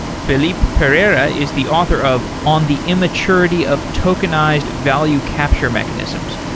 felipe pereira is the author of on the immaturity of tokenized value capture mechanisms,